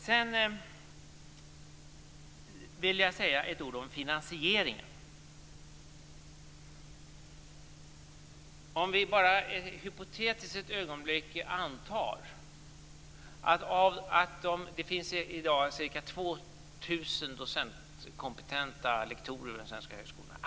Sedan vill jag säga något om finansieringen. Det finns i dag ca 2 000 docentkompetenta lektorer i de svenska högskolorna.